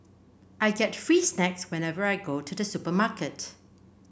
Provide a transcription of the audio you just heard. I get free snacks whenever I go to the supermarket